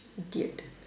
idiot